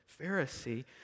Pharisee